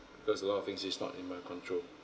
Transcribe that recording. there's a lot of things is not in my control